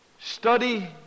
study